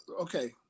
okay